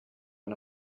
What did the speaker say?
but